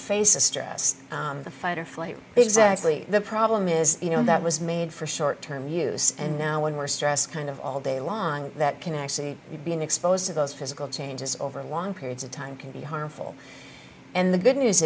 face a stress the fight or flight exactly the problem is you know that was made for short term use and now when we're stressed kind of all day long that can i see you being exposed to those physical changes over long periods of time can be harmful and the good news